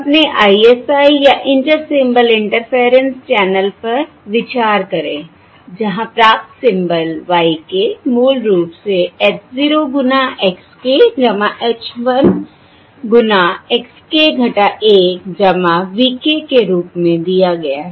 अपने ISI या inter symbol interference channel पर विचार करें जहां प्राप्त सिंबल y मूल रूप से h गुना x h गुना x v के रूप में दिया गया है